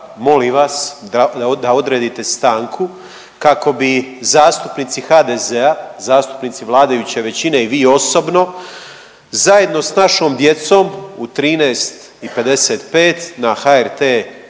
molim vas da odredite stanku kako bi zastupnici HDZ-a, zastupnici vladajuće većine i vi osobno zajedno s našom djecom u 13 i 55 na HRT